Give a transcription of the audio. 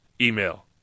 email